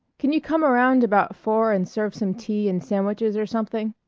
can you come around about four and serve some tea and sandwiches or something?